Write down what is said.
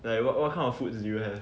like what what kind of foods do you have